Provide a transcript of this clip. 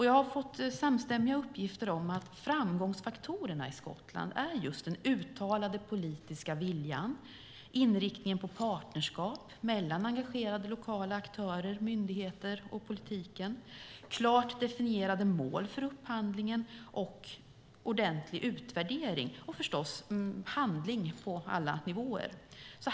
Jag har fått samstämmiga uppgifter om att framgångsfaktorerna i Skottland är just den uttalade politiska viljan, inriktningen på partnerskap mellan engagerade lokala aktörer, myndigheter och politiken, klart definierade mål för upphandlingen och ordentlig utvärdering. Det handlar förstås också om handling på alla nivåer.